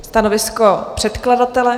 Stanovisko předkladatele?